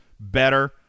better